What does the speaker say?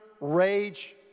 rage